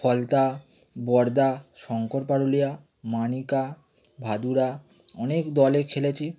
ফলতা বরদা শঙ্কর পারুলিয়া মানিকা ভাদুরা অনেক দলে খেলেছি